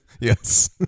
Yes